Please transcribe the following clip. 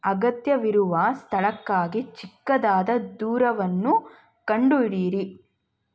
ಅಗತ್ಯವಿರುವ ಸ್ಥಳಕ್ಕಾಗಿ ಚಿಕ್ಕದಾದ ದೂರವನ್ನು ಕಂಡುಹಿಡಿಯಿರಿ